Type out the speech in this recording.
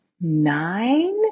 nine